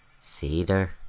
cedar